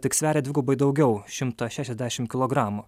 tik sveria dvigubai daugiau šimtą šešiasdešimt kilogramų